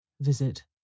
Visit